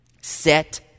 set